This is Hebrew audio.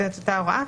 את אותה הוראה,